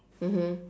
mmhmm